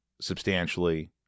substantially